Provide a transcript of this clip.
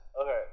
okay